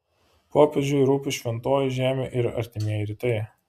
popiežiui rūpi šventoji žemė ir artimieji rytai